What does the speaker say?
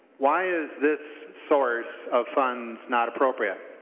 why is this source of funds not appropriate?